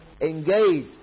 engage